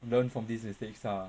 learn from these mistakes ah